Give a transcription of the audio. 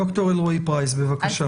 ד"ר אלרעי-פרייס, בבקשה.